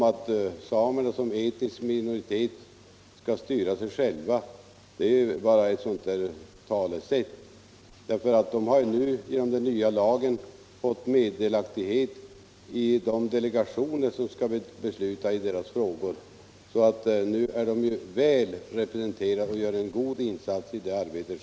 Att samerna som etnisk minoritet skall styra sig själva är bara ett talesätt; de har genom den nya lagen fått delaktighet i de delegationer som skall besluta i deras frågor. Nu är de väl representerade och gör själva en god insats i det arbetet.